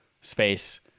space